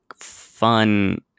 fun